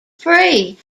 free